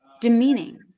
demeaning